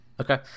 Okay